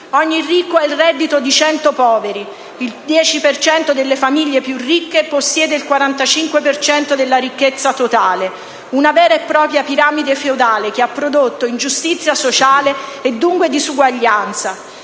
ogni ricco ha il reddito di 100 poveri. Il 10 per cento delle famiglie più ricche possiede il 45 per cento della ricchezza totale: una vera e propria piramide feudale che ha prodotto ingiustizia sociale e dunque disuguaglianza.